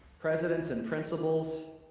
presidents and principals,